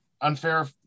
Unfair